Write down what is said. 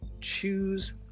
choose